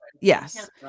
yes